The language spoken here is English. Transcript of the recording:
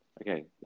Okay